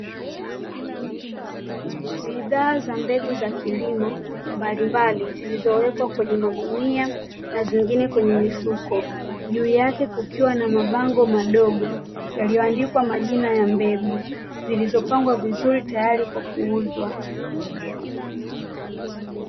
Bidhaa za mbegu za kilimo mbalimbali, zilizowekwa kwenye magunia na zingine kwenye mifuko, juu yake kukiwa na mabango madogo, yaliyoandikwa majina ya mbegu zilizopangwa vizuri tayari kwa kuuzwa.